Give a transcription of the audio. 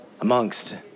Amongst